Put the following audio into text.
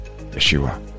Yeshua